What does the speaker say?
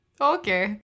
okay